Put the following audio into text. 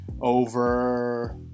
over